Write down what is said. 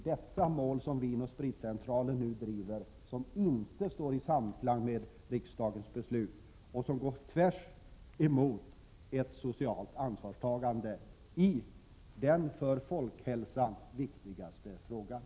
Dessa mål står inte i samklang med riksdagens beslut, och det är raka motsatsen till ett socialt ansvarstagande i den för folkhälsan viktigaste frågan.